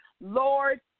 Lord